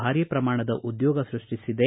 ಭಾರೀ ಪ್ರಮಾಣದ ಉದ್ಯೋಗ ಸೃಷ್ಷಿಸಿದೆ